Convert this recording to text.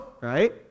Right